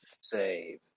save